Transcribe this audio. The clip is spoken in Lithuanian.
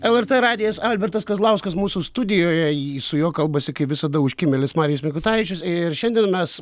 lrt radijas albertas kazlauskas mūsų studijoje jį su juo kalbasi kaip visada užkimėlis marijus mikutavičius ir šiandien mes